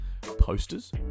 posters